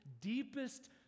deepest